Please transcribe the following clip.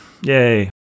Yay